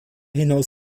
hinaus